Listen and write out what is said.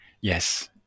Yes